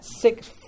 six